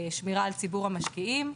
השמירה על ציבור המשקיעים.